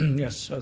yes,